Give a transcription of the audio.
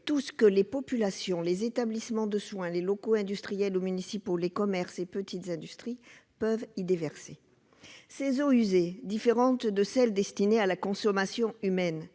tout ce que les populations, les établissements de soins, les locaux industriels ou municipaux, les commerces et petites industries peuvent y déverser. » Ces eaux usées, distinctes des eaux qui sont destinées à la consommation humaine,